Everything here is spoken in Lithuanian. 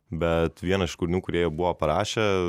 bet vieną iš kūrinių kurie jie buvo parašę